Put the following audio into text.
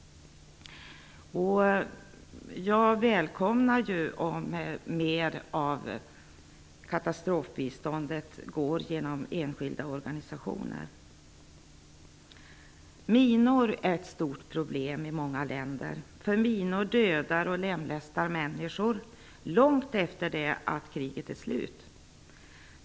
Jag välkomnar att mer av katastrofbiståndet går genom enskilda organisationer. Minor är ett stort problem i många länder. Minor dödar och lemlästar människor långt efter att kriget är slut.